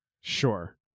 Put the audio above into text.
Sure